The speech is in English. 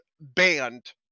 banned